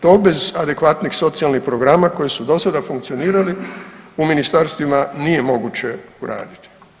To bez adekvatnih socijalnih programa koji su do sada funkcionirali, u ministarstvima nije moguće uraditi.